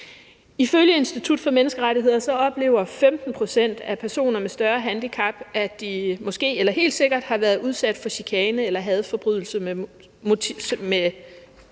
Ifølge Institut for Menneskerettigheder oplever 15 pct. af personer med større handicap, at de måske eller helt sikkert har været udsat for chikane eller forbrydelse med had